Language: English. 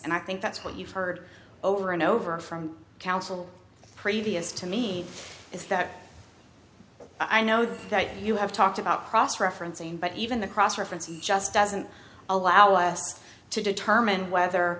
and i think that's what you've heard over and over from counsel previous to me is that i know that you have talked about cross referencing but even the cross reference just doesn't allow us to determine whether